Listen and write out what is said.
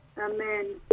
Amen